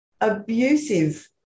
abusive